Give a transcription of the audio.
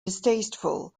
distasteful